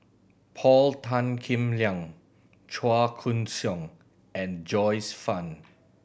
Paul Tan Kim Liang Chua Koon Siong and Joyce Fan